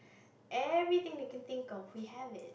everything they can think of we have it